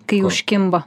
kai užkimba